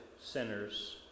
sinners